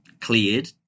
cleared